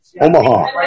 Omaha